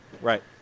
Right